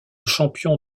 champion